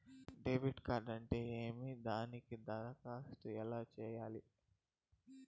debit card అంటే ఏమి దానికి దరఖాస్తు ఎలా సేయాలి